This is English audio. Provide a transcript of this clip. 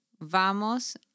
Vamos